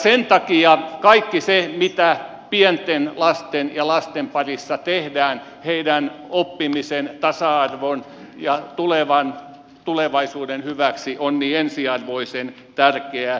sen takia kaikki se mitä pienten lasten ja lasten parissa tehdään heidän oppimisensa tasa arvonsa ja tulevaisuutensa hyväksi on ensiarvoisen tärkeää